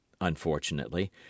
Unfortunately